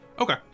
Okay